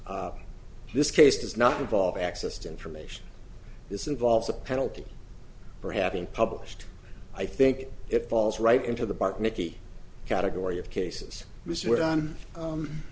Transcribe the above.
e this case does not involve access to information this involves a penalty for having published i think it falls right into the part mickey category of cases